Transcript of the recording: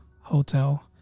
hotel